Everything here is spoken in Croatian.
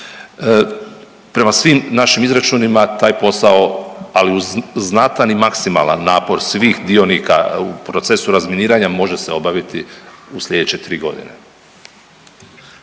Prema svim našim izračunima taj posao, ali uz znatan i maksimalan napor svih dionika u procesu razminiranja može se obaviti u slijedeće 3 godine.